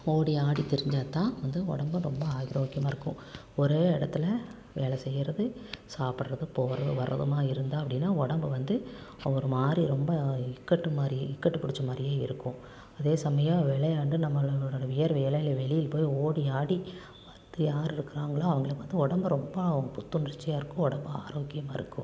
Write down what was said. ஓடி ஆடி திரிஞ்சால்தான் வந்து உடம்பு ரொம்ப ஆரோக்கியமாக இருக்கும் ஒரே இடத்துல வேலை செய்கிறது சாப்பிட்றது போவது வர்றதுமாக இருந்தால் அப்படினா உடம்பு வந்துட்டு ஒரு மாதிரி ரொம்ப இக்கட்டு மாதிரி இக்கட்டு புடிச்ச மாதிரியே இருக்கும் அதே சமயம் விளையாண்டு நம்மளோட வியர்வையெல்லாம் வெளியில் போய் ஓடி ஆடி வந்து யார் இருக்கிறாங்களோ அவர்களுக்கு வந்து உடம்பு ரொம்ப புத்துணர்ச்சியாக இருக்கும் உடம்பு ஆரோக்கியமாக இருக்கும்